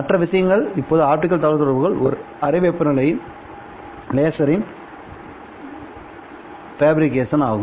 மற்ற விஷயம் இப்போது ஆப்டிகல் தகவல்தொடர்புகள் ஒரு அறை வெப்பநிலை லேசரின் ஃபேபிரிகேஷன் ஆகும்